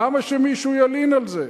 למה שמישהו ילין על זה?